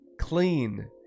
clean